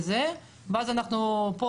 ואז אנחנו פה,